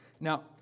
now